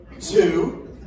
two